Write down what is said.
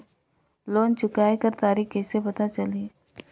Loan चुकाय कर तारीक कइसे पता चलही?